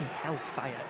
hellfire